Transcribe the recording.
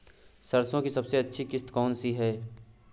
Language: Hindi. सरसो की सबसे अच्छी किश्त कौन सी है?